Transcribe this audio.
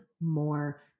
more